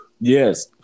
Yes